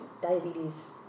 diabetes